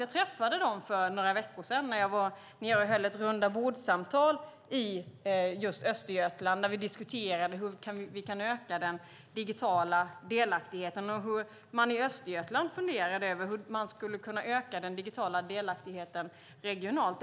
Jag träffade företrädare för dessa bibliotek när jag var där nere och höll ett rundabordssamtal där vi diskuterade hur vi kan öka den digitala delaktigheten och hur man i Östergötland funderade på hur man skulle kunna öka den digitala delaktigheten regionalt.